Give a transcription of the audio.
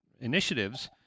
initiatives